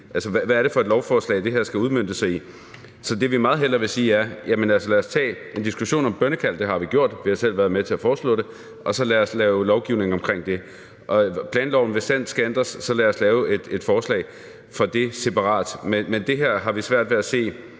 Hvad er det for et lovforslag, det her skal udmønte sig i? Så det, vi meget hellere vil sige, er, at lad os tage en diskussion om bønnekald. Det har vi gjort. Vi har selv været med til at foreslå det. Og så lad os lave lovgivning omkring det. Hvis planloven skal ændres, så lad os lave et forslag om det separat. Men det har vi svært ved at se